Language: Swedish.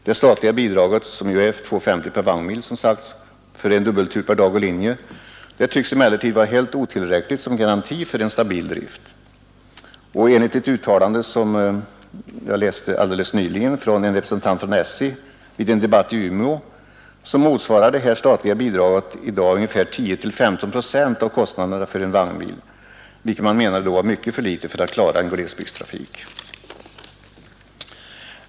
Det statliga bidraget — som är, som sagts, 2:50 kronor per vagnmil för en dubbeltur per dag och linje — tycks emellertid vara helt otillräckligt som garanti för en stabil drift. Enligt ett uttalande, som jag läste helt nyligen, av en representant från SJ vid en debatt i Umeå motsvarar det statliga bidraget i dag ungefär 10—15 procent av kostnaderna för en vagnmil, vilket man menade var mycket för litet för att klara en glesbygdstrafik.